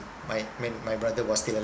my when my brother was still